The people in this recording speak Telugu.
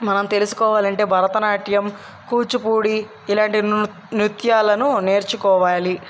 మనం తెలుసుకోవాలి అంటే భరతనాట్యం కూచిపూడి ఇలాంటి నృ నృత్యాలను నేర్చుకోవాలి